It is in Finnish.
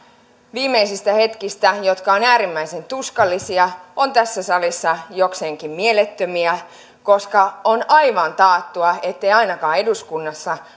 viimeisistä hetkistä jotka ovat äärimmäisen tuskallisia on tässä salissa jokseenkin mieletöntä koska on aivan taattua ettei ainakaan eduskunnassa